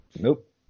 Nope